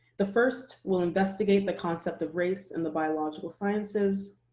the first will investigate the concept of race in the biological sciences.